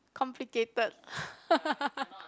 complicated